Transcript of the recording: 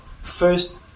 first